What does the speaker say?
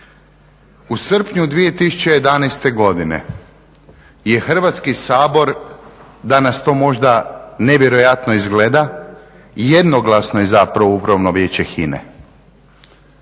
U srpnju 2011. godine je Hrvatski sabor, danas to možda nevjerojatno izgleda, jednoglasno je izabrao Upravno vijeće HINA-e.